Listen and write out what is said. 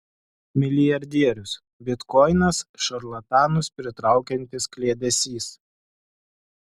milijardierius bitkoinas šarlatanus pritraukiantis kliedesys